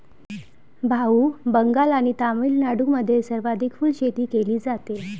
भाऊ, बंगाल आणि तामिळनाडूमध्ये सर्वाधिक फुलशेती केली जाते